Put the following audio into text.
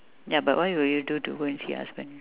ya but what would you do to go and see your husband